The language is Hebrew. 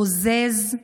בוזז,